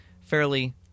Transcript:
Fairly